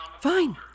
Fine